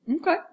Okay